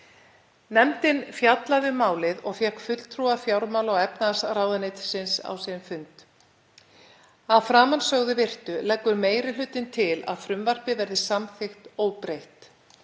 Nefndin fjallaði um málið og fékk fulltrúa fjármála- og efnahagsráðuneytisins á sinn fund. Að framansögðu virtu leggur meiri hlutinn til að frumvarpið verði samþykkt óbreytt.